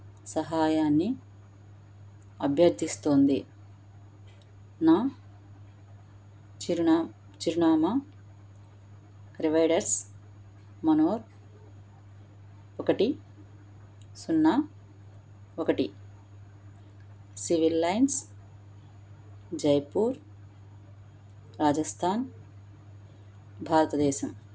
సహాయాన్ని అభ్యర్థిస్తోంది నా చిరునా చిరునామా రివైడర్స్ మనోర్ ఒకటి సున్నా ఒకటి సివిల్ లైన్స్ జైపూర్ రాజస్థాన్ భారతదేశం